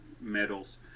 medals